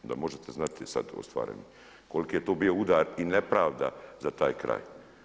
Onda možete znati sad ostvareno koliki je to bio udar i nepravda za taj kraj.